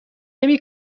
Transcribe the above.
نمی